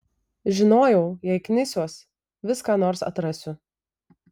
žinojau jei knisiuos vis ką nors atrasiu